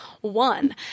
one